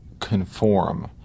conform